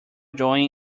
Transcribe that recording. join